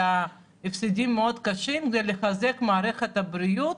הפסדים מאוד קשים כדי לחזק את מערכת הבריאות?